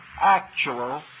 actual